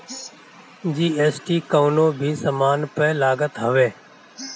GST कवनो भी सामान पअ लागत हवे